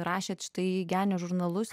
rašėte štai genio žurnalus